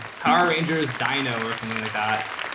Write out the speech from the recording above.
power rangers, dyno or something like that.